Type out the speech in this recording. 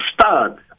start